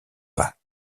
pas